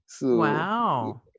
Wow